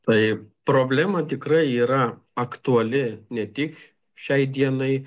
tai problema tikrai yra aktuali ne tik šiai dienai